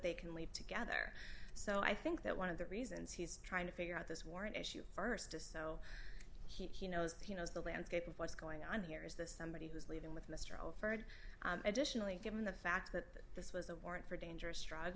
they can leave together so i think that one of the reasons he's trying to figure out this warrant issue st just so he knows he knows the landscape of what's going on here is that somebody who's live with mr overheard additionally given the fact that this was a warrant for dangerous drugs